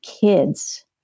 kids